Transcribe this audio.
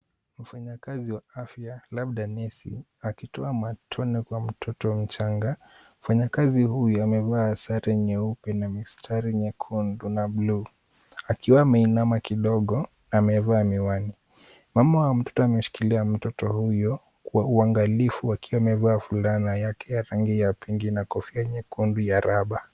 Mfanya kazi wa afya labda nesi akitoa matone kwa mtoto mchanga. Mfanyakazi huyu amevaa sare nyeupe na mistari nyekundu na buluu. Akiwa ameinama kidogo amevaa miwani. Mama wa mtoto ameshikilia mtoto huyo kwa uangalifu akiwa amevaa fulana yake ya rangi ya pinki na kofia nyekundu ya rubber .